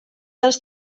dels